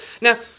Now